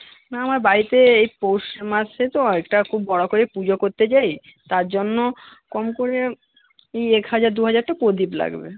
না আমার বাড়িতে এই পৌষ মাসে তো একটা খুব বড়ো করে পুজো করতে চাই তার জন্য কম করে এই এক হাজার দু হাজারটা প্রদীপ লাগবে